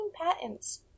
patents